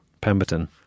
Pemberton